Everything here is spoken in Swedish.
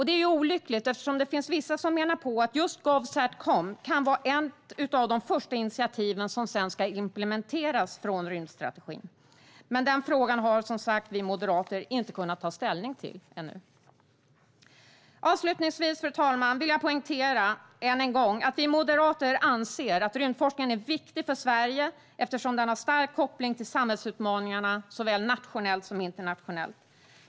Det är olyckligt eftersom det finns vissa som menar att Govsatcom kan vara ett av de första initiativen som sedan ska implementeras i rymdstrategin. Men den frågan har som sagt vi moderater inte kunnat ta ställning till ännu. Avslutningsvis, fru talman, vill jag än en gång poängtera att vi moderater anser att rymdforskningen är viktig för Sverige, eftersom den har stark koppling till samhällsutmaningarna såväl nationellt som internationellt.